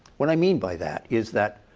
what i mean by that is that